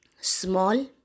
small